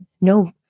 no